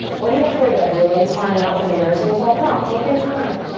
what are you afraid of? your legs flying up in embarrassing yourself? no, take your time.